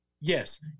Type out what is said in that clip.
Yes